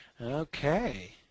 Okay